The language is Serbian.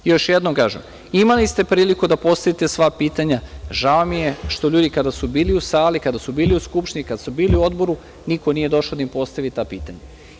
Još jednom kažem, imali ste priliku da postavite sva pitanja, žao mi je što ljudi kada su bili u sali, kada su bili u Skupštini, kada su bili u odboru, niko nije došao da im postavi ta pitanja.